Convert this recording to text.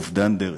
אובדן דרך,